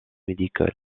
médicale